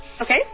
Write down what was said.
Okay